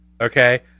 Okay